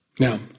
Now